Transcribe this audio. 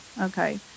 Okay